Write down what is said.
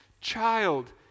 child